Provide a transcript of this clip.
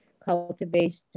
cultivation